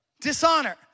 Dishonor